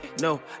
No